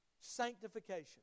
Sanctification